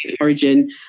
origin